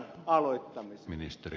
arvoisa puhemies